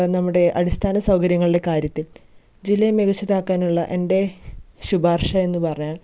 നമ്മുടെ അടിസ്ഥാന സൗകര്യങ്ങളുടെ കാര്യത്തിൽ ജില്ലയെ മികച്ചതാക്കാനുള്ള എൻ്റെ ശുപാർശയെന്ന് പറഞ്ഞാൽ